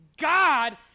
God